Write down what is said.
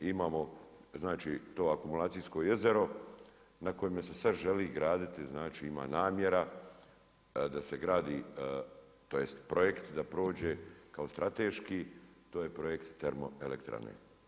Imamo to akumulacijsko jezero na kojem se sad želi graditi, znači ima namjera da se gradi, tj. projekt da prođe kao strateški, to je projekt termoelektrane.